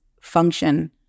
function